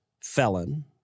felon